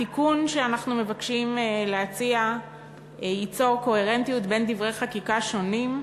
התיקון שאנחנו מבקשים להציע ייצור קוהרנטיות בין דברי חקיקה שונים,